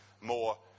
more